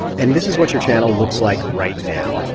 and this is what your channel looks like right now.